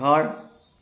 ঘৰ